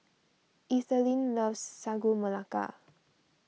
Ethelene loves Sagu Melaka